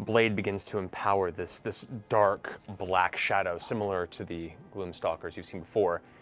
blade begins to empower this this dark, black shadow, similar to the gloom stalkers you've seen before.